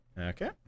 Okay